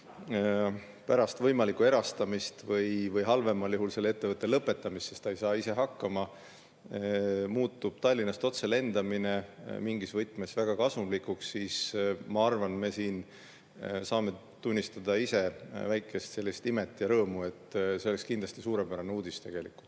et pärast võimalikku erastamist või halvemal juhul selle ettevõtte lõpetamist põhjusel, et ta ei saa ise hakkama, muutub Tallinnast otse lendamine mingis võtmes väga kasumlikuks, siis ma arvan, me siin saame tunnistada ise väikest imet ja rõõmu. See oleks kindlasti suurepärane uudis tegelikult.